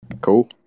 Cool